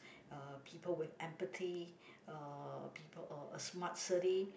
uh people with empathy uh people uh a smart city